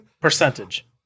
Percentage